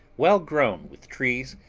well grown with trees,